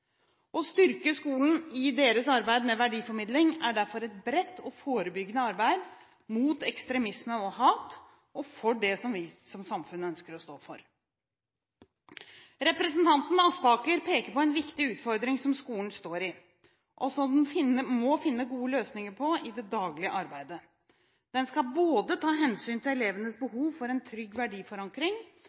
Å styrke skolen i dens arbeid med verdiformidling er derfor et bredt og forebyggende arbeid mot ekstremisme og hat og for det som vi som samfunn ønsker å stå for. Representanten Aspaker peker på en viktig utfordring som skolen står i, og som den må finne gode løsninger på i det daglige arbeidet. Den skal både ta hensyn til elevenes behov for en trygg verdiforankring